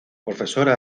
profesora